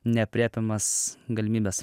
neaprėpiamas galimybes